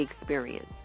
experience